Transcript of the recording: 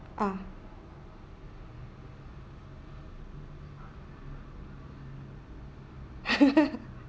uh